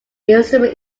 instrument